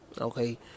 Okay